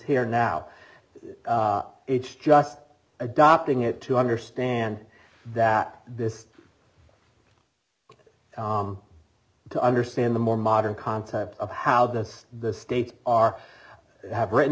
here now it's just adopting it to understand that this to understand the more modern concept of how this the states are have written